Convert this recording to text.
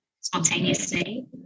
spontaneously